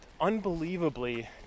unbelievably